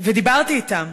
ודיברתי אתם.